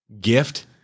gift